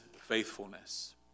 faithfulness